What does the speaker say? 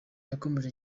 yakomeje